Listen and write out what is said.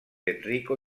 enrico